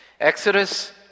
Exodus